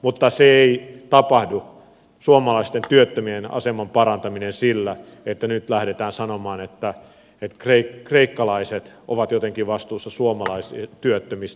mutta suomalaisten työttömien aseman parantaminen ei tapahdu sillä että nyt lähdetään sanomaan että kreikkalaiset ovat jotenkin vastuussa suomalaisista työttömistä